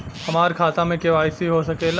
हमार खाता में के.वाइ.सी हो सकेला?